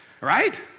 right